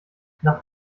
nach